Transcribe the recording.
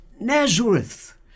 Nazareth